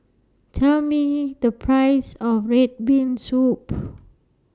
Tell Me The Price of Red Bean Soup